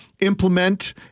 implement